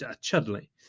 Chudley